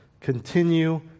continue